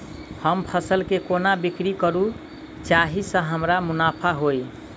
हम फसल केँ कोना बिक्री करू जाहि सँ हमरा मुनाफा होइ?